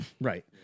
Right